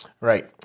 Right